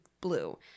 blue